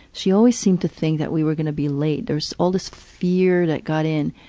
she always seemed to think that we were gonna be late. there's all this fear that got in.